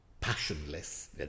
passionless